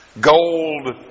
Gold